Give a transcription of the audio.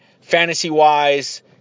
Fantasy-wise